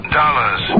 dollars